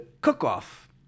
cook-off